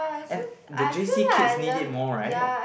and the J_C kids need it more right